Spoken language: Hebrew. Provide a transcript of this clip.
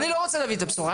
אני לא רוצה להביא את הבשורה.